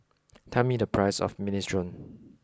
tell me the price of Minestrone